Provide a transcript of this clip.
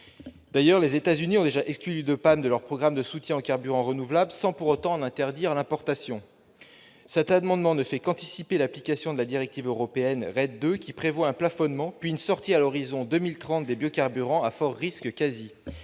D'ailleurs, les États-Unis ont déjà exclu l'huile de palme de leur programme de soutien aux carburants renouvelables, sans pour autant en interdire l'importation. Cet amendement ne tend qu'à anticiper l'application la directive européenne dite RED II, qui prévoit un plafonnement puis une sortie à l'horizon de 2030 des biocarburants à fort risque de